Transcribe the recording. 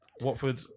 Watford